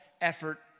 effort